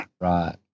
Right